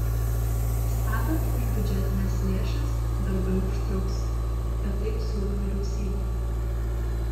statant už biudžetines lėšas darbai užtruks bet taip siūlo vyriausybė